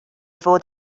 fod